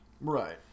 Right